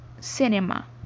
Cinema